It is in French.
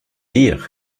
dire